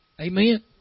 Amen